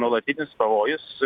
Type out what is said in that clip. nuolatinis pavojus